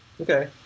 okay